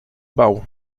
bał